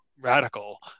radical